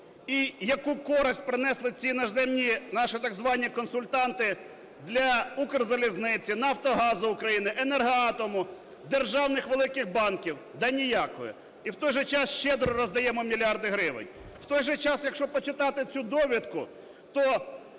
і яку користь принесли ці іноземні наші, так звані, консультанти для "Укрзалізниці", "Нафтогазу України ", "Енергоатому", державних великих банків. Да ніякої! І в той же час щедро роздаємо мільярди гривень. В той же час, якщо почитати цю довідку, то